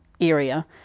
area